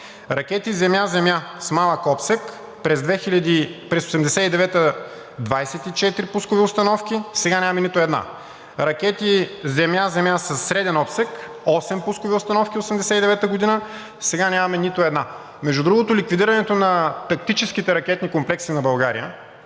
Ракети „Земя-земя“ с малък обсег през 1989 г. – 24 пускови установки, сега нямаме нито една. Ракети „Земя-земя“ със среден обсег – 8 пускови установки през 1989 г., сега нямаме нито една. Между другото, ликвидирането на тактическите ракетни комплекси на България